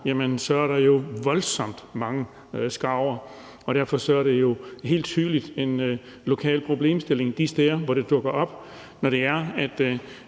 der, så er der jo voldsomt mange skarver, og derfor er det helt tydeligt en lokal problemstilling de steder, hvor de dukker op, og også når man